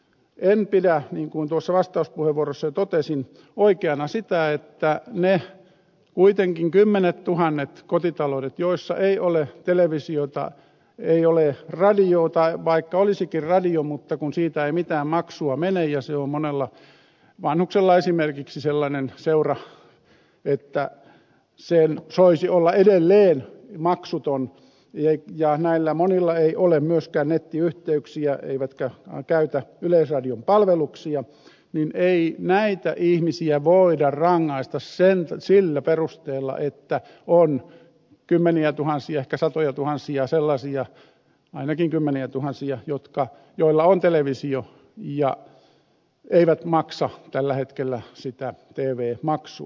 en pidä niin kuin tuossa vastauspuheenvuorossani jo totesin oikeana sitä että niitä kuitenkin kymmeniätuhansia kotitalouksia joissa ei ole televisiota ei ole radiota tai vaikka olisikin radio mutta kun siitä ei mitään maksua mene ja se on monella vanhuksella esimerkiksi sellainen seura että sen soisi olla edelleen maksuton ja näillä monilla ei ole myöskään nettiyhteyksiä eivätkä käytä yleisradion palveluksia ei näitä ihmisiä voida rangaista rangaistaan sillä perusteella että on kymmeniätuhansia ehkä satojatuhansia sellaisia ainakin kymmeniätuhansia joilla on televisio ja jotka eivät maksa tällä hetkellä sitä tv maksua